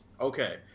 Okay